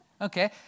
Okay